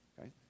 Okay